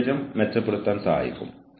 പക്ഷേ മറുവശത്ത് അത് ആയിരിക്കില്ല